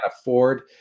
afford